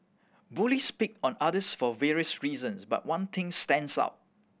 bullies pick on others for various reasons but one thing stands out